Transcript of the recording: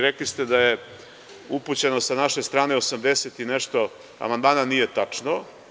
Rekli ste da je upućeno sa naše strane 80 i nešto amandmana, nije tačno.